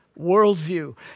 worldview